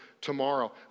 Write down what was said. tomorrow